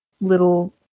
little